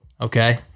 Okay